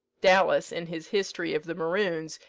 dallas, in his history of the maroons,